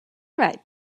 right